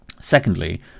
Secondly